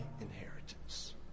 inheritance